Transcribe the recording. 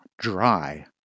dry